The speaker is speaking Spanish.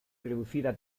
reducida